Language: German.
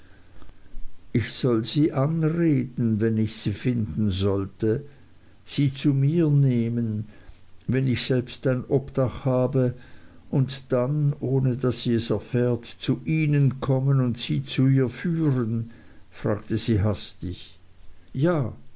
ich soll sie anreden wenn ich sie finden sollte sie zu mir nehmen wenn ich selbst ein obdach habe und dann ohne daß sie es erfährt zu ihnen kommen und sie zu ihr führen fragte sie hastig ja